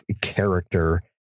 character